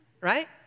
right